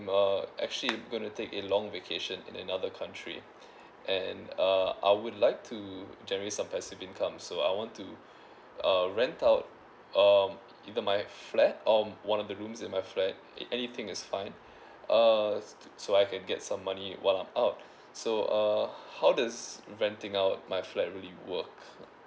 uh actually I'm going to take a long vacation in another country and uh I would like to generate some passive income so I want to uh rent out um either my flat um one of the rooms in my flat a anything is fine uh so I can get some money while I'm out so uh how does renting out my flat really work